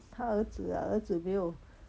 他儿子啊儿子没有